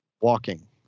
walking